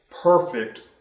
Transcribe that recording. perfect